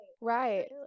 Right